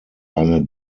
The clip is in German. eine